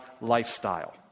lifestyle